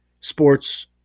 sports